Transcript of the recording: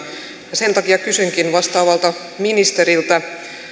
ja sen takia kysynkin vastaavalta ministeriltä